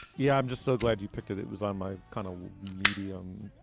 yeah. i'm just so glad you picked it. it was on my kind of medium.